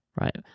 Right